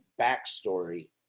backstory